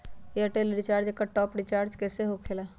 Airtel recharge एकर top off recharge होकेला?